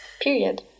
Period